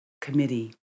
committee